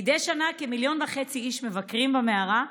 מדי שנה כמיליון וחצי איש מבקרים במערה,